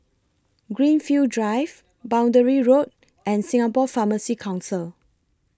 Greenfield Drive Boundary Road and Singapore Pharmacy Council